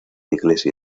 iglesia